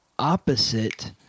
opposite